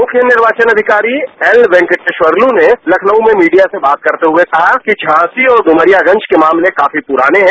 मुख्य निर्वाचन अधिकारी एल वेंकटेश्वरलू ने लखनऊ में मीडिया से बात करते हुए कहा कि झांसी और डुमरियागंज के मामले काफी पुराने हैं